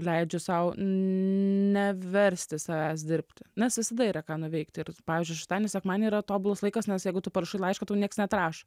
leidžiu sau neversti savęs dirbti nes visada yra ką nuveikti ir pavyzdžiui šeštadienį sekmadienį yra tobulas laikas nes jeigu tu parašai laišką tau niekas neatrašo